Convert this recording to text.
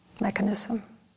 mechanism